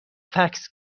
فکس